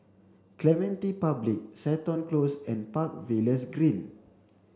Clementi Public Seton Close and Park Villas Green